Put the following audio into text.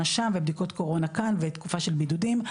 שם ובדיקות קורונה שם ותקופה של בידודים,